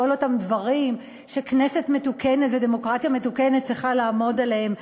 בכל אותם דברים שכנסת מתוקנת ודמוקרטיה מתוקנת צריכות לעמוד עליהם,